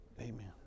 amen